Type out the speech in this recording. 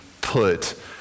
put